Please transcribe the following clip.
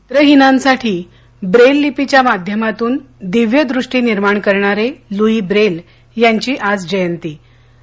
नेत्रहिनांसाठीब्रेल लिपीच्या माध्यमातून दिव्य द्रष्टी निर्माण करणारे लुई ब्रेल यांची आज जयंती आहे